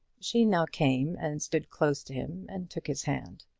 she now came and stood close to him and took his hand.